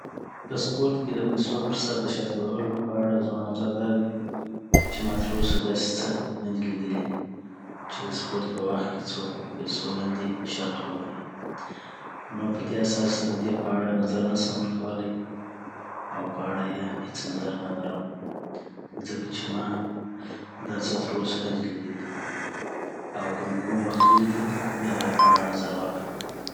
په سپورټ کي د پیسو پر سر دشرط وهولو په اړه زما نظر دادی چی ما تراوسه داسي څه ندي ليدلي چي د سپورټ په وخت کي څوک په پیسو باندي شرط ووهي نو پدي اساس زه ددی په اړه نظر نسم وړوکوالای او په اړه یی هیڅ نظر نلرم. ځکه چی ما دا څه تراوسه ندی لیدلی اوکه می کوم وخت ولیدل بیا به یی په اړه نظر ورکړم